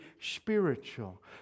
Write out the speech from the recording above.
spiritual